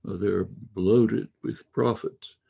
ah they're bloated with profit,